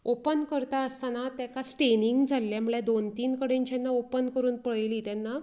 open करता आसतना तेका स्टेनिंग जाल्ले म्हळ्यार दोन तीन कडेन जेन्ना ओपन करून पळयली तेन्ना